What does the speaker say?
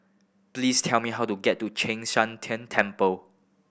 please tell me how to get to Chek Sian Tng Temple